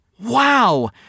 Wow